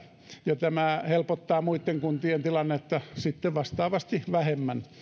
ja tämä helpottaa muitten kuntien tilannetta sitten vastaavasti vähemmän